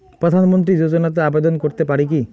প্রধানমন্ত্রী যোজনাতে আবেদন করতে পারি কি?